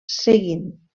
seguint